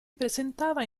presentava